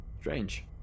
Strange